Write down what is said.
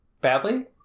badly